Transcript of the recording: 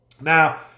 Now